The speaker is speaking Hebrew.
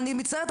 אני מצטערת.